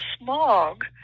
smog